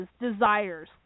desires